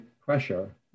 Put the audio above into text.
pressure